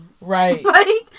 Right